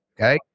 Okay